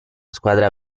squadra